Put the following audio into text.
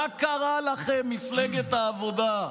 מה קרה לכם, מפלגת העבודה?